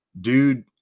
Dude